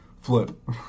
flip